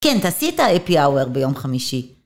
כן, תעשי את האפי אאוואר ביום חמישי.